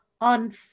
on